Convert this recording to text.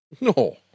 No